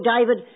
David